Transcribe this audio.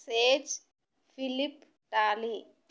sage philip dolly